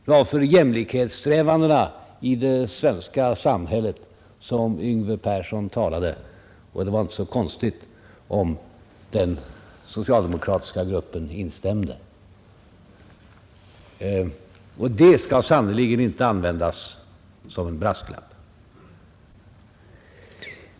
Det var för jämlikhetssträvandena i det svenska samhället som Yngve Persson talade, och det var inte så konstigt om den socialdemokratiska gruppen instämde — och det skall sannerligen inte användas som en brasklapp.